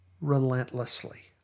relentlessly